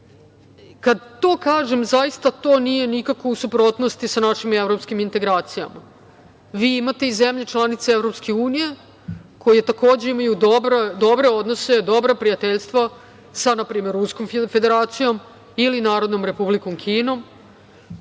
Kada to kažem zaista to nije nikako u suprotnosti sa našim evropskim integracijama. Vi imate i zemlje članice EU koje imaju dobre odnose, dobra prijateljstva sa npr. Ruskom Federacijom ili Narodnom Republikom Kinom.